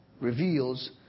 reveals